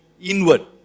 inward